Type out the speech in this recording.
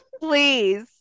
Please